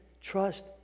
trust